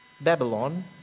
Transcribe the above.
Babylon